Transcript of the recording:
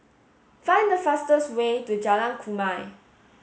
find the fastest way to Jalan Kumia